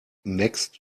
next